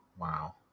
Wow